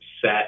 set